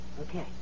Okay